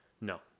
No